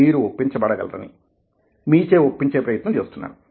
మీరు ఒప్పించబడ గలరని మీ చే ఒప్పించే ప్రయత్నం చేస్తున్నాను